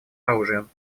оружием